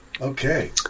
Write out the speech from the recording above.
okay